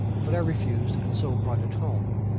but i refused, and so brought it home,